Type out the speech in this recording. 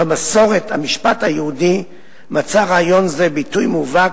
"במסורת המשפט היהודי מצא רעיון זה ביטוי מובהק